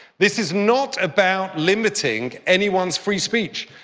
this is not about limiting anyone's free speech.